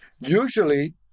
Usually